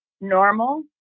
normal